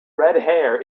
redhair